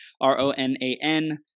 R-O-N-A-N